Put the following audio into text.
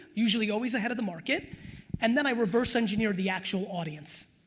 usually always ahead of the market and then i reverse engineer the actual audience.